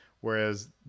Whereas